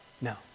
No